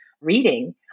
reading